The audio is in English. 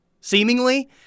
seemingly